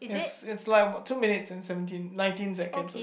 it's it's like about two minutes and seventeen nineteen seconds already